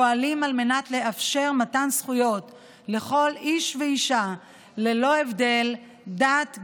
פועלים על מנת לאפשר מתן זכויות לכל איש ואישה ללא הבדלי דת,